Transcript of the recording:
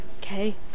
Okay